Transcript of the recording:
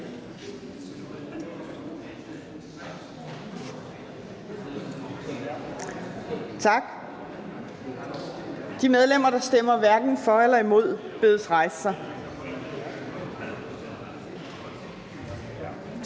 Tak. De medlemmer, der stemmer hverken for eller imod, bedes rejse sig. Tak.